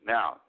Now